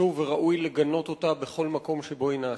חשוב וראוי לגנות אותה בכל מקום שבו היא נעשית,